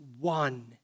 one